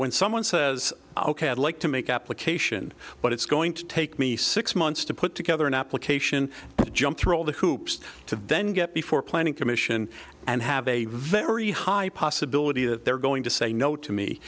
when someone says ok i'd like to make application but it's going to take me six months to put together an application to jump through all the hoops to then get before planning commission and have a very high possibility that they're going to say no to me